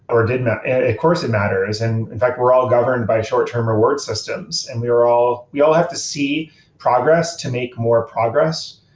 or did of course it matters. and in fact, we're all governed by short-term reward systems and we are all we all have to see progress to make more progress.